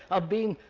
are being